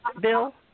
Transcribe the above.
Bill